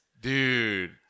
dude